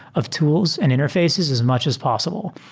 of tools and interfaces as much as possible.